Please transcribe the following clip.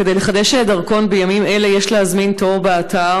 כדי לחדש דרכון בימים אלו יש להזמין תור באתר